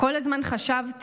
כל הזמן חשבתי,